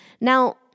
Now